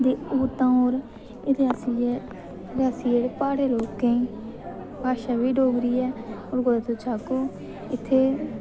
ते होर तां होर एह् रियासी ऐ रियासी जेह्ड़े पहाडे़ लोकें दी भाशा बी डोगरी ऐ और कुतै तुस जाह्गे ओह् इत्थै